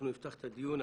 אנחנו נפתח את הדיון.